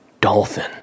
dolphin